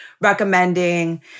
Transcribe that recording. recommending